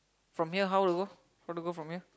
from here how to go how to go from here